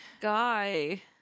guy